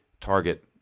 target